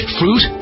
fruit